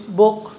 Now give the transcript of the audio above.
book